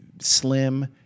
slim